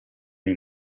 nei